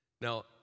now